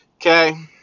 Okay